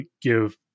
give